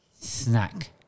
Snack